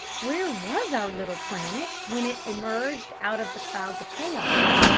where was our little planet when it emerged out of the clouds of chaos?